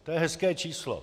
To je hezké číslo.